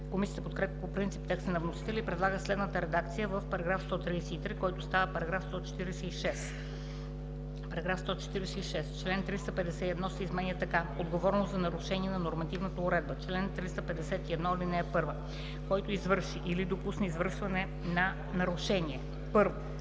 Комисията подкрепя по принцип текста на вносителя и предлага следната редакция в § 133, който става § 146: „§ 146. Член 351 се изменя така: „Отговорност за нарушения на Нормативната уредба Чл. 351. (1) Който извърши или допусне извършване на нарушение: 1.